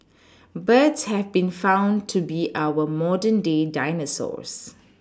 birds have been found to be our modern day dinosaurs